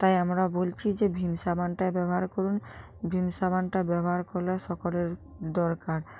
তাই আমরা বলছি যে ভিম সাবানটা ব্যবহার করুন ভিম সাবানটা ব্যবহার করা সকলের দরকার